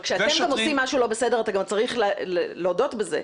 עושים משהו לא בסדר אתה גם צריך להודות בזה.